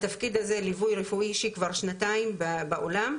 התפקיד הזה ליווי רפואי אישי כבר שנתיים בעולם,